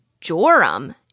Joram